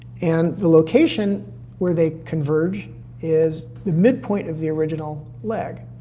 and the location where they converge is the midpoint of the original leg.